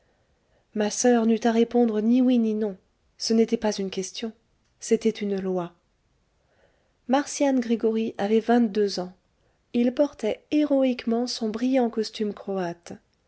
ma soeur n'eut à répondre ni oui ni non ce n'était pas une question c'était une loi marcian gregoryi avait vingt-deux ans il portait héroïquement son brillant costume croate